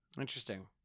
Interesting